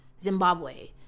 Zimbabwe